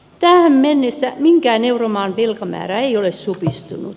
tähän mennessä minkään euromaan velkamäärä ei ole supistunut